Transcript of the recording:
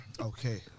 Okay